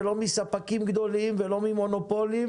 לא מספקים גדולים ולא ממונופולים